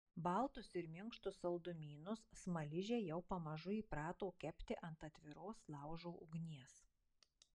baltus ir minkštus saldumynus smaližiai jau pamažu įprato kepti ant atviros laužo ugnies